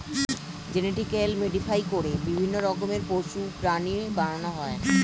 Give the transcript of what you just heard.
genetically modify করে বিভিন্ন রকমের পশু, প্রাণী বানানো হয়